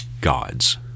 God's